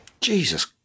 Jesus